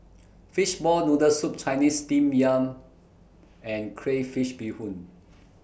Fishball Noodle Soup Chinese Steamed Yam and Crayfish Beehoon